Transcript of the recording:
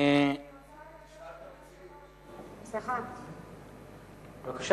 אדוני היושב-ראש, סליחה, אני רוצה, בבקשה.